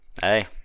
Hey